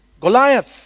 Goliath